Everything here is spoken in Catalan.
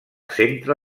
centre